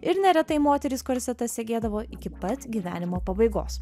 ir neretai moterys korsetą segėdavo iki pat gyvenimo pabaigos